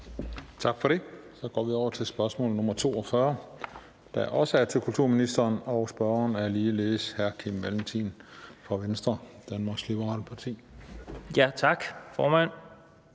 Tak for det. Så går vi over spørgsmål nr. 42, der også er til kulturministeren, og spørgeren er ligeledes hr. Kim Valentin fra Venstre, Danmarks Liberale Parti. Kl. 20:57 Spm.